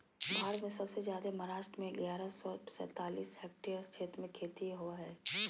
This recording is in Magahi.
भारत में सबसे जादे महाराष्ट्र में ग्यारह सौ सैंतालीस हेक्टेयर क्षेत्र में खेती होवअ हई